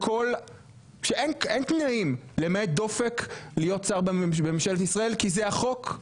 שלהיות שר בממשלת ישראל אין תנאים למעט דופק כי זה החוק?